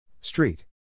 Street